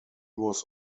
was